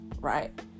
right